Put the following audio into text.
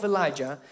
Elijah